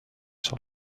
sur